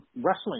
wrestling